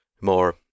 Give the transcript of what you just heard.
more